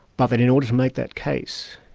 but that in order to make that case,